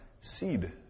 Seed